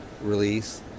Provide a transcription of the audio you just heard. release